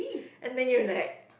and then you're like